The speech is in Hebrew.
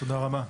תודה רבה.